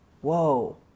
Whoa